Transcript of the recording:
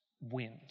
wind